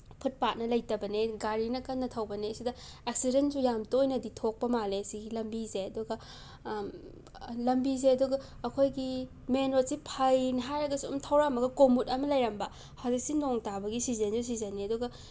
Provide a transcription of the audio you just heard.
ꯐꯨꯠꯄꯥꯠꯅ ꯂꯩꯇꯕꯅꯦ ꯒꯥꯔꯤꯅ ꯀꯟꯅ ꯊꯧꯕꯅꯦ ꯁꯤꯗ ꯑꯦꯛꯁꯤꯗꯦꯟꯁꯨ ꯌꯥꯝ ꯇꯣꯏꯅꯗꯤ ꯊꯣꯛꯄ ꯃꯥꯜꯂꯦ ꯁꯤꯒꯤ ꯂꯝꯕꯤꯁꯦ ꯑꯗꯨꯒ ꯂꯝꯕꯤꯁꯦ ꯑꯗꯨꯒ ꯑꯩꯈꯣꯏꯒꯤ ꯃꯦꯟꯔꯣꯗꯁꯤ ꯐꯩꯅ ꯍꯥꯏꯔꯒ ꯁꯨꯝ ꯊꯧꯔꯝꯃꯒ ꯀꯣꯃꯨꯠ ꯑꯃ ꯂꯩꯔꯝꯕ ꯍꯧꯖꯤꯛꯁꯦ ꯅꯣꯡ ꯇꯥꯕꯒꯤ ꯁꯤꯖꯟꯁꯨ ꯁꯤꯖꯟꯅꯤ ꯑꯗꯨꯒ